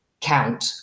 count